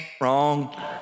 wrong